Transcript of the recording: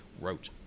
wrote